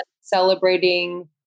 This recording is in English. celebrating